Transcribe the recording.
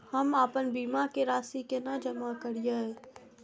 हम आपन बीमा के राशि केना जमा करिए?